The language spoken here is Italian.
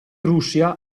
russia